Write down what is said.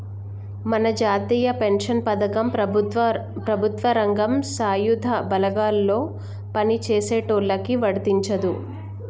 మన జాతీయ పెన్షన్ పథకం ప్రభుత్వ రంగం సాయుధ బలగాల్లో పని చేసేటోళ్ళకి వర్తించదు